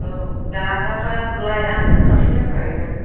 औ जाग्राफ्रालाय आंबो दा काप से लोंफा हैगोन